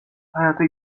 hayata